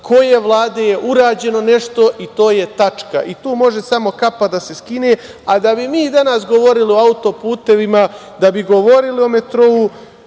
koje Vlade urađeno je nešto i to je tačka. Tu može samo kapa da se skine. Da bi mi danas govorili o auto-putevima, da bi govorili o metrou,